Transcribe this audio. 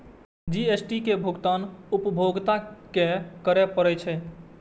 GST के भुगतान उपभोक्ता कें करय पड़ै छै